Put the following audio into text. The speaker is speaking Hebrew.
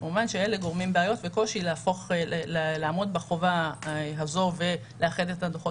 כמובן שאלה גורמים בעיות וקושי לעמוד בחובה הזו ולאחד את הדוחות